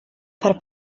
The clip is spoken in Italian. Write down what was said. far